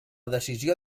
decisió